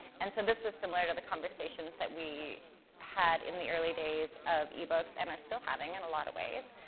and so, this was similar to the conversations that we had in the early days of ebooks, and are still having, in a lot of ways.